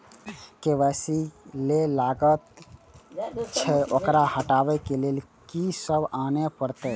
KYC जे लागल छै ओकरा हटाबै के लैल की सब आने परतै?